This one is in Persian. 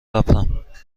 رفتم